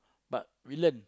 but we learn